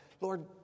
Lord